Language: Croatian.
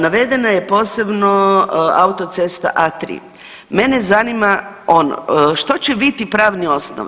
Navedena je posebno autocesta A3 mene zanima ono što će biti pravni osnov.